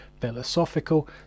philosophical